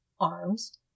arms